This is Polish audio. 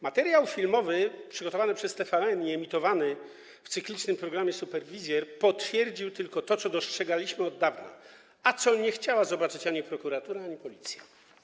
Materiał filmowy przygotowany przez TVN i emitowany w cyklicznym programie „Superwizjer” tylko potwierdził to, co dostrzegaliśmy od dawna, a czego nie chciała zobaczyć ani prokuratura, ani Policja.